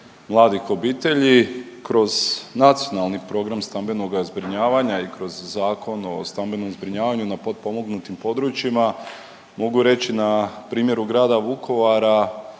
mladih obitelji kroz Nacionalni program stambenoga zbrinjavanja i kroz Zakon o stambenom zbrinjavanju na potpomognutim područjima. Mogu reći na primjeru grada Vukovara